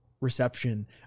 reception